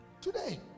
today